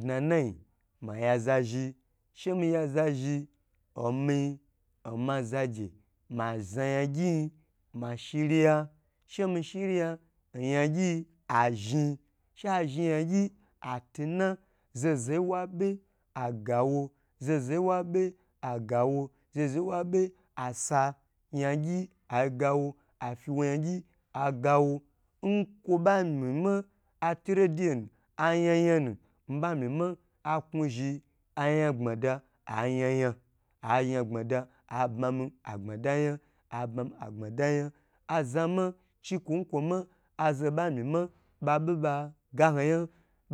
dna nnayin maya za zhi shemiya za zhi omi oma zaje maza ya gyi yi ma shiriya shemi shiriya oyan gyi yi azhn she a zhn yangy atin a zo zo ho yi wo be agawo, zo zo yi wa be agawo zozo yi wa be asa ya gyi agawo afiwo ya gyi agawo nkwo ba mima ati radio nu ayan yan nu mima mi ma a knu zhi ayan gbada ayan yan ayan gbmada abma mi agbmada yan abma mi agbmada yan aza ma chi nkwo ma aza ho ba mi ma babe ba ga ho yan